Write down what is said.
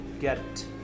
get